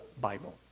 Bible